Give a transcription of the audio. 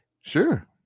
Sure